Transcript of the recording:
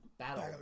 Battle